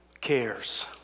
cares